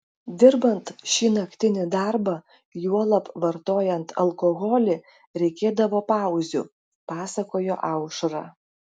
dirbant šį naktinį darbą juolab vartojant alkoholį reikėdavo pauzių pasakojo aušra